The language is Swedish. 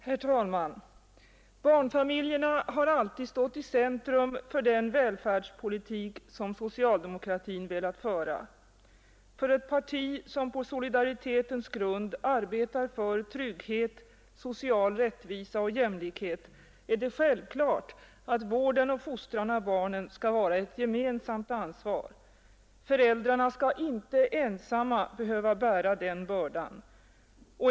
Herr talman! Barnfamiljerna har alltid stått i centrum för den välfärdspolitik som socialdemokratin har velat föra. För ett parti som på solidaritetens grund arbetar för trygghet, social rättvisa och jämlikhet är det självklart att vården och fostran av barnen skall vara ett gemensamt ansvar. Föräldrarna skall inte ensamma behöva bära den bördan.